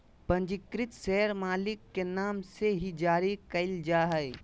पंजीकृत शेयर मालिक के नाम से ही जारी क़इल जा हइ